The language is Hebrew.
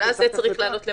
ואז זה צריך לעלות למעלה,